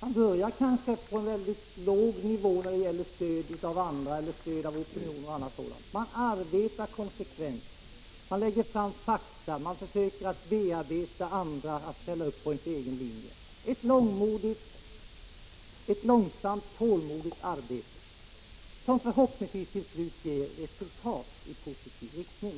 Man kanske börjar på en nivå där stödet från andra och opinionen i övrigt är mycket ringa. Man arbetar konsekvent, lägger fram fakta och försöker att bearbeta andra att ställa upp för ens egen linje; ett långsamt, tålmodigt arbete som förhoppningsvis till slut ger resultat i positiv riktning.